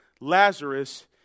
Lazarus